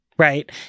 Right